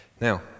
Now